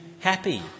happy